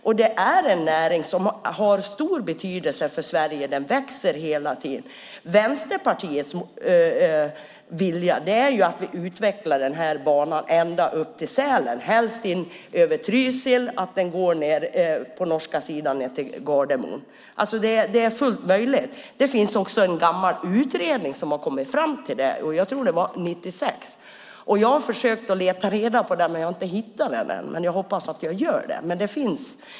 Men det är en näring som har stor betydelse för Sverige, och den växer hela tiden. Vänsterpartiet vill att vi utvecklar denna bana ända upp till Sälen och helst över Trysil på den norska sidan och ned till Gardermoen. Det är fullt möjligt. Det gjordes en stor utredning som kom fram till det. Jag tror att det var 1996. Jag har försökt att leta reda på den, men jag har inte hittat den än, men jag hoppas att jag gör det.